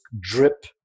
drip